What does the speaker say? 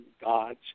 gods